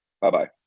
Bye-bye